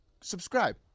Subscribe